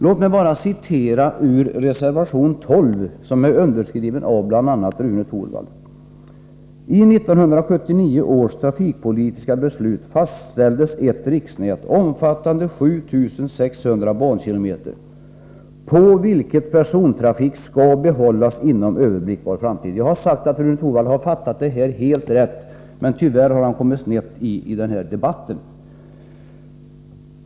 Låt mig citera ur reservation 12, som är underskriven av bl.a. Rune Torwald: Jag har sagt att Rune Torwald har fattat saken helt rätt i reservationen, men tyvärr har han kommit snett i den här debatten.